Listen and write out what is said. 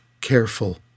careful